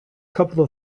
couple